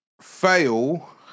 fail